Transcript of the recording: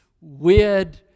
weird